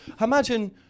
Imagine